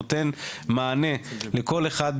נותן מענה לכל אוחד